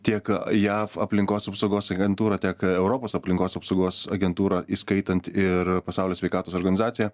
tiek jav aplinkos apsaugos agentūra tiek europos aplinkos apsaugos agentūra įskaitant ir pasaulio sveikatos organizaciją